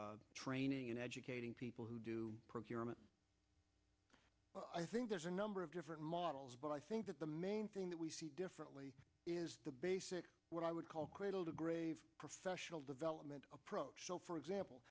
training and educating people who do procurement i think there's a number of different models but i think that the main thing that we see differently is the basic what i would call cradle to grave professional development approach for example